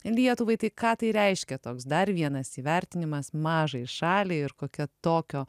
lietuvai tai ką tai reiškia toks dar vienas įvertinimas mažai šaliai ir kokia tokio